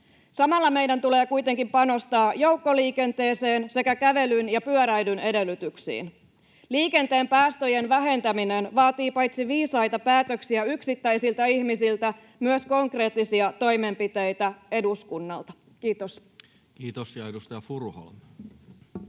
Samalla meidän tulee kuitenkin panostaa joukkoliikenteeseen sekä kävelyn ja pyöräilyn edellytyksiin. Liikenteen päästöjen vähentäminen vaatii paitsi viisaita päätöksiä yksittäisiltä ihmisiltä myös konkreettisia toimenpiteitä eduskunnalta. — Kiitos. [Speech